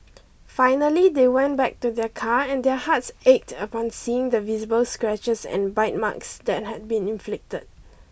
finally they went back to their car and their hearts ached upon seeing the visible scratches and bite marks that had been inflicted